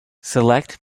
select